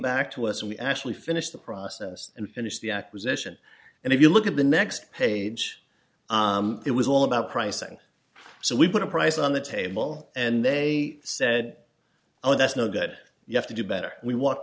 back to us and we actually finished the process and finished the acquisition and if you look at the next page it was all about pricing so we put a price on the table and they said oh that's no that you have to do better we walked